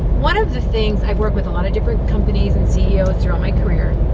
one of the things, i've worked with a lot of different companies and ceos throughout my career,